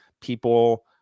people